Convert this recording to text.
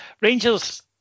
Rangers